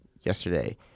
yesterday